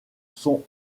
sont